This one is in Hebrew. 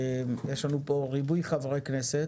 אני חושב, יש לנו פה ריבוי חברי כנסת